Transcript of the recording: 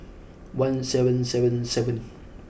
one seven seven seven